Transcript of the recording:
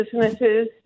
businesses